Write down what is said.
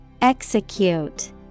Execute